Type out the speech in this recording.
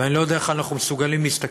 ואני לא יודע איך אנחנו מסוגלים להסתכל